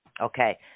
Okay